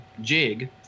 jig